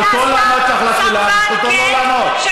זכותו לענות לך על השאלה וזכותו שלא לענות.